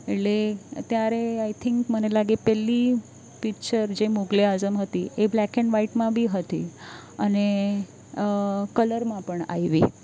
એટલે અત્યારે I think મને લાગે પહેલી પીકચર જે મુઘલ એ આઝમ હતી એ બ્લેક એન્ડ વ્હાઇટમાં બી હતી અને કલરમાં પણ આવી